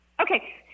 Okay